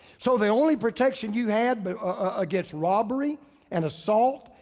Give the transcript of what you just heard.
so the only protection you had but against robbery and assault,